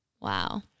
Wow